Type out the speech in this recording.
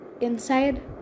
inside